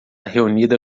reunida